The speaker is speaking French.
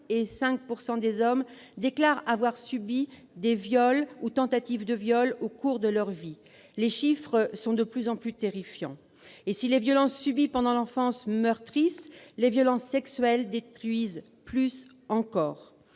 et 5 % des hommes déclarent avoir subi des viols ou tentatives de viols au cours de leur vie. Les chiffres sont de plus en plus terrifiants et, si les violences subies pendant l'enfance meurtrissent, les violences sexuelles détruisent plus encore.